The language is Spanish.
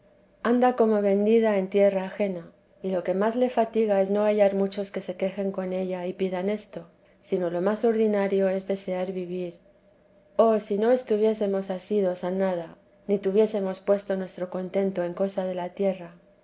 anda como vendida en tierra ajena y lo que más le fatiga es no hallar muchos que se quejen con ella y pidan esto sino lo más ordinario es desear vivir oh si no estuviésemos asidos a nada ni tuviésemos puesto nuestro contento en cosa de la tierra